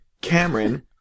Cameron